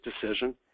decision